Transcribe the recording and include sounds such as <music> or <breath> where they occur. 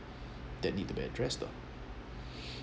that need to be addressed <breath>